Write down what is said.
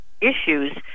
issues